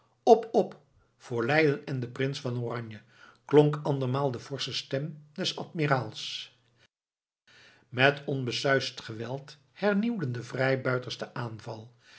op op voor leiden en den prins van oranje klonk andermaal de forsche stem des admiraals met onbesuisd geweld hernieuwden de vrijbuiters den aanval